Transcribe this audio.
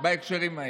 בהקשרים האלה.